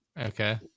Okay